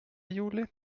jule